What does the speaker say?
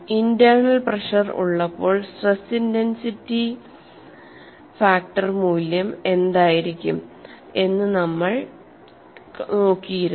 internal pressure ഉള്ളപ്പോൾ stress intensity factor മൂല്യം എന്തായിരിക്കും എന്ന് നമ്മൾ നോക്കിയിരുന്നു